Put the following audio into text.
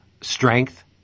strength